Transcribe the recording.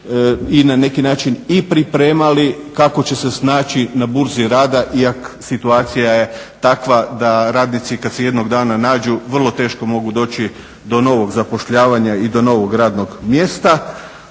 i na neki način i pripremali kako će se snaći na Burzi rada iako situacija je takva da radnici kad se jednog dana nađu vrlo teško mogu doći do novog zapošljavanja i do novog radnog mjesta.